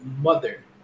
mother